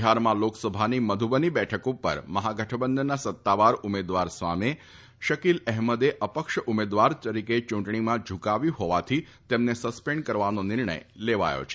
બિફારમાં લોકસભાની મધુબની બેઠક પર મફાગઠબંધનના સત્તાવાર ઉમેદવાર સામે શકીલ અફેમદે અપક્ષ ઉમેદવાર તરીકે ચૂંટણીમાં ઝુકાવ્યું હોવાથી તેમને સસ્પેન્ડ કરવાનો નિર્ણય લેવાયો છે